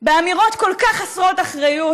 באמירות כל כך חסרות אחריות,